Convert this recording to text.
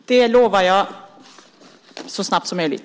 Fru talman! Det lovar jag, så snabbt som möjligt.